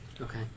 okay